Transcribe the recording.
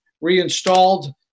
reinstalled